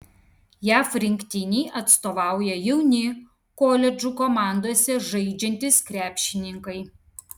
jav rinktinei atstovauja jauni koledžų komandose žaidžiantys krepšininkai